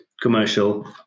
commercial